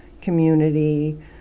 community